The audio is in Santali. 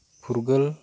ᱯᱷᱩᱨᱜᱟᱹᱞ